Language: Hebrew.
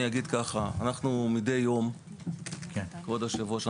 כבוד היושב-ראש,